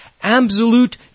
absolute